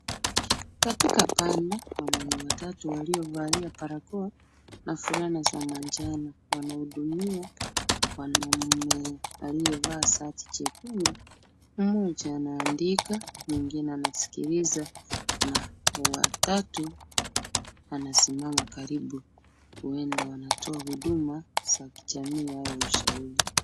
Katika banda wanaume watatu waliovalia barakoa na fulana za manjano wanahudumia mwanaume aliyevaa shati jekundu. Mmoja anaandika mwingine anaskiliza na wa tatu anasimama karibu. Huenda wanatoa huduma za kijamii au ushauri.